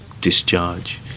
discharge